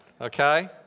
okay